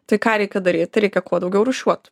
tai ką reikia daryt tai reikia kuo daugiau rūšiuot